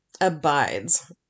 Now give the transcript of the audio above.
abides